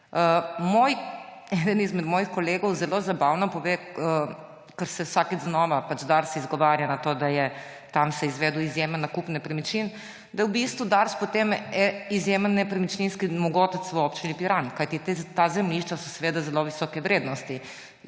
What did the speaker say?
Eden mojih kolegov zelo zabavno pove, ker se vsakič znova Dars izgovarja na to, da se je tam izvedel izjemen nakup nepremičnin, da je v bistvu Dars potem izjemen nepremičninski mogotec v Občini Piran, kajti ta zemljišča so seveda zelo visoke vrednosti.